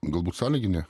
galbūt sąlyginė